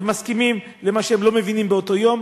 מסכימות למה שהן לא מבינות באותו יום,